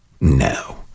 no